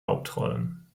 hauptrollen